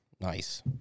Nice